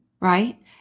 Right